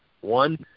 one